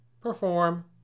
perform